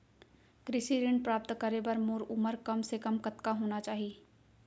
कृषि ऋण प्राप्त करे बर मोर उमर कम से कम कतका होना चाहि?